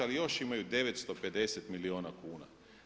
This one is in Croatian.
Ali još imaju 950 milijuna kuna.